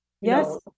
yes